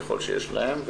ככל שיש להם,